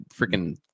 freaking